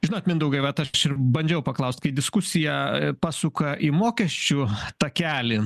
žinot mindaugai va tarpš ir bandžiau paklaust kai diskusija pasuka į mokesčių takelį